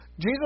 Jesus